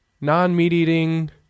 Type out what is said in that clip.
non-meat-eating